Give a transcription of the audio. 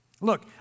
Look